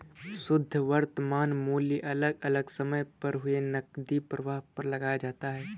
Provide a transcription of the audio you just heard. शुध्द वर्तमान मूल्य अलग अलग समय पर हुए नकदी प्रवाह पर लगाया जाता है